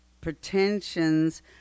pretensions